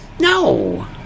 No